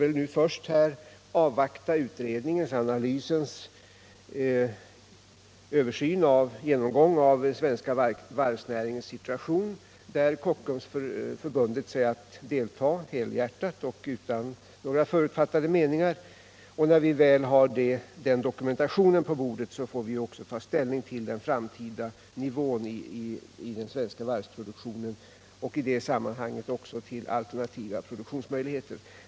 Vi får nu först avvakta utredningens genomgång och analys av den svenska varvsnäringens situation, där Kockums förbundit sig att delta helhjärtat och utan några förutfattade meningar. När vi väl har den dokumentationen på bordet får vi också ta ställning till den framtida nivån i den svenska varvsproduktionen och i det sammanhanget även till alternativa produktionsmöjligheter.